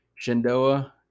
Shindoa